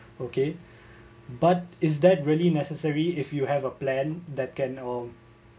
okay but is that really necessary if you have a plan that can um